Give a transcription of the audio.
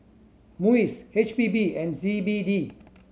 MUIS H P B and C B D